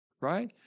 right